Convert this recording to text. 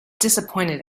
disappointed